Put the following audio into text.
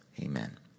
Amen